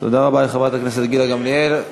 תודה רבה לחברת הכנסת גילה גמליאל.